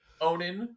onin